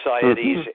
societies